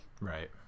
Right